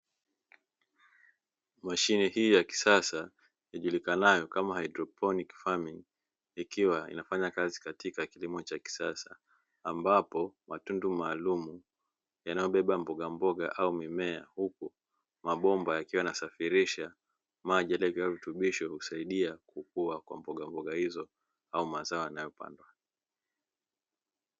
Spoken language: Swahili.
Mashine hii ya kisasa ijulikanayo kama "haidroponiki farming", ikiwa inafanya kazi katika kilimo cha kisasa, ambapo matundu maalumu yanayobeba mboga mboga au mimea, huku mabomba yakiwa yanasafirisha maji yaliyotiwa virutubisho vya kusaidia kukua kwa mboga mboga hizo au mazao yanayopandwa.